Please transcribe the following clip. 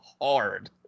hard